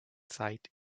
zeit